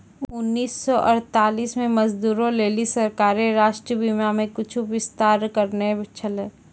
उन्नीस सौ अड़तालीस मे मजदूरो लेली सरकारें राष्ट्रीय बीमा मे कुछु विस्तार करने छलै